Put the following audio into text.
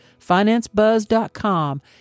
Financebuzz.com